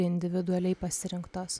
individualiai pasirinktos